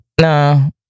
No